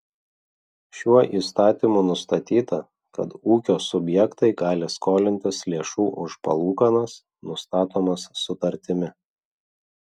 šiuo įstatymu nustatyta kad ūkio subjektai gali skolintis lėšų už palūkanas nustatomas sutartimi